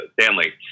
Stanley